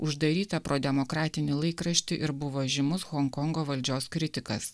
uždarytą pro demokratinį laikraštį ir buvo žymus honkongo valdžios kritikas